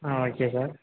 ah okay sir